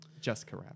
Jessica